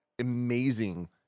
amazing